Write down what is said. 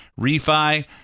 refi